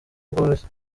bworoshye